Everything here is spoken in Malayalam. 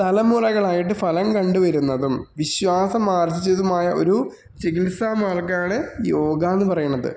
തലമുറകളായിട്ട് ഫലം കണ്ട് വരുന്നതും വിശ്വാസമാർജ്ജിച്ചതുമായ ഒരു ചികിത്സ മാർഗ്ഗമാണ് യോഗാന്ന് പറയണത്